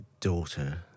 daughter